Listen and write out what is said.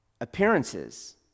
appearances